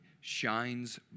shines